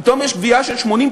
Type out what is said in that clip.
פתאום יש גבייה של 80%,